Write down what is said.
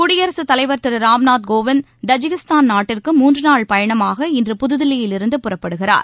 குடியரசுத் தலைவர் திரு ராம்நாத் கோவிந்த் தஜிகிஸ்தான் நாட்டிற்கு மூன்று நாள் பயணமாக இன்று புதுதில்லியிலிருந்து புறப்படுகிறார்